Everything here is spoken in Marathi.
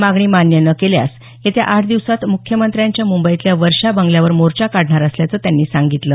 मागणी मान्य न केल्यास येत्या आठ दिवसात मुख्यमंत्र्यांच्या मुंबईतल्या वर्षा बंगल्यावर मोर्चा काढणार असल्याचं त्यांनी सांगितलं